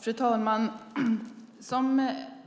Fru talman!